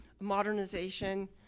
modernization